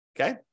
okay